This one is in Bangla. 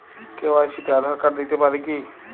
কে.ওয়াই.সি তে আধার কার্ড দিতে পারি কি?